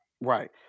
Right